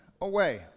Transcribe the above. away